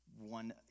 one